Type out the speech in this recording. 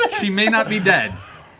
but she may not be dead.